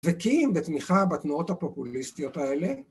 וקים בתמיכה בתנועות הפופוליסטיות האלה